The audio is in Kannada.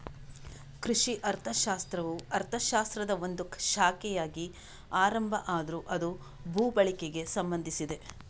ಕೃಷಿ ಅರ್ಥಶಾಸ್ತ್ರವು ಅರ್ಥಶಾಸ್ತ್ರದ ಒಂದು ಶಾಖೆಯಾಗಿ ಆರಂಭ ಆದ್ರೂ ಅದು ಭೂ ಬಳಕೆಗೆ ಸಂಬಂಧಿಸಿದೆ